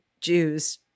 Jews